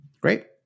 Great